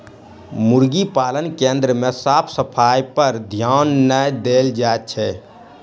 मुर्गी पालन केन्द्र मे साफ सफाइपर ध्यान नै देल जाइत छै